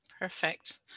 Perfect